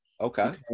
Okay